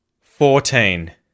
fourteen